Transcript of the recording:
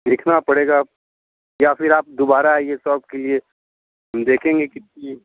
देखना पड़ेगा या फ़िर आप दुबारा आइए साफ़ के लिए हम देखेंगे की